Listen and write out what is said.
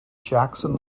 jackson